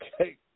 Okay